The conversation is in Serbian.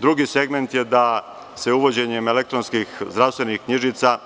Drugi segment je da se uvođenjem elektronskih zdravstvenih knjižica